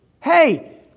Hey